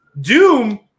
Doom